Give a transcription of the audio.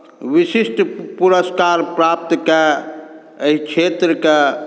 विशिष्ट पुरस्कार प्राप्त कय एहि क्षेत्रकेँ